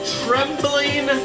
trembling